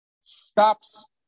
stops